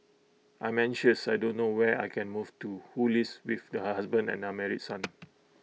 I'm anxious I don't know where I can move to who lives with her husband and unmarried son